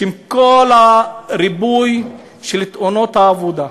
עם כל הריבוי של תאונות העבודה,